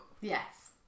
Yes